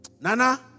Nana